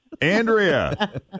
Andrea